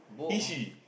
is she